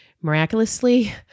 Miraculously